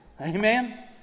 Amen